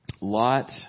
Lot